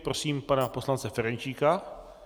Prosím pana poslance Ferjenčíka.